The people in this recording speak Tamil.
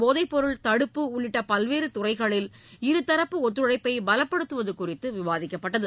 போதைப் பொருள் தடுப்பு உள்ளிட்ட பல்வேறு துறைகளில் இருதரப்பு ஒத்துழைப்பை பலப்படுத்துவது குறித்து விவாதிக்கப்பட்டது